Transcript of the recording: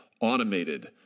automated